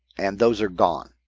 and those are gone.